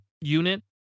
unit